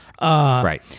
Right